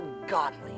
ungodly